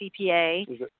CPA